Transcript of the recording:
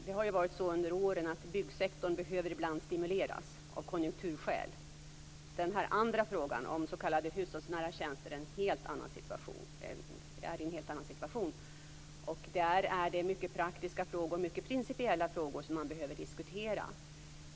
Fru talman! Det har under åren varit så att byggsektorn ibland behövt stimuleras av konjunkturskäl. Den andra frågan om s.k. hushållsnära tjänster är en helt annan situation. Där är det många praktiska och principiella frågor som man behöver diskutera.